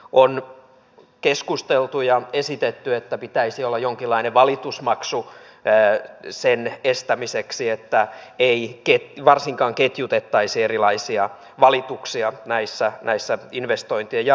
on keskusteltu ja esitetty että pitäisi olla jonkinlainen valitusmaksu että ei varsinkaan ketjutettaisi erilaisia valituksia investointien jarruttamiseksi